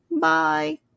Bye